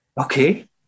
Okay